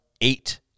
eight